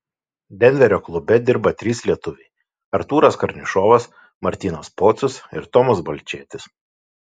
denverio klube dirba trys lietuviai artūras karnišovas martynas pocius ir tomas balčėtis